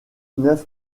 neuf